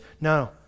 no